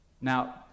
Now